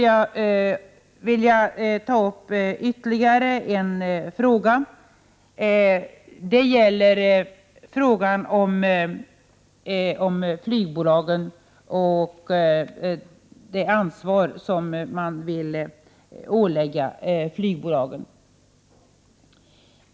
Jag vill också ta upp frågan om det ansvar som man vill ålägga flygbolagen.